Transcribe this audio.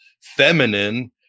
feminine